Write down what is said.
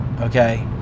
Okay